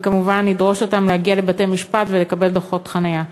שידרוש מהם להגיע לבתי-משפט בגלל דוחות חניה.